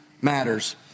matters